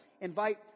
invite